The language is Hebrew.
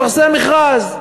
לפרסם מכרז.